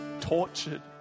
tortured